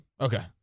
Okay